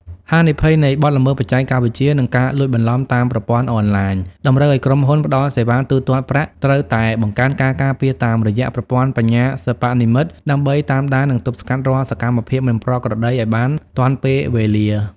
ហានិភ័យនៃបទល្មើសបច្ចេកវិទ្យា និងការលួចបន្លំតាមប្រព័ន្ធអនឡាញ តម្រូវឱ្យក្រុមហ៊ុនផ្ដល់សេវាទូទាត់ប្រាក់ត្រូវតែបង្កើនការការពារតាមរយៈប្រព័ន្ធបញ្ញាសិប្បនិម្មិតដើម្បីតាមដាន និងទប់ស្កាត់រាល់សកម្មភាពមិនប្រក្រតីឱ្យបានទាន់ពេលវេលា។